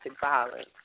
violence